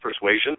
persuasion